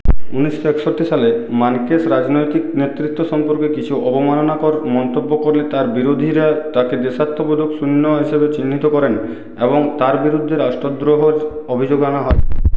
ঊনিশশো একষট্টি সালে মানেকশ রাজনৈতিক নেতৃত্ব সম্পর্কে কিছু অবমাননাকর মন্তব্য করলে তাঁর বিরোধীরা তাঁকে দেশাত্মবোধকশূন্য হিসেবে চিহ্নিত করেন এবং তাঁর বিরুদ্ধে রাষ্ট্রদ্রোহের অভিযোগ আনা হয়